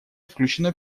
включено